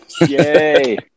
yay